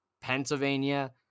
Pennsylvania